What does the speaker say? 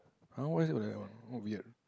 !huh! why is it like that one oh weird